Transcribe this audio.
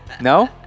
no